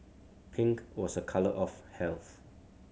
pink was a colour of health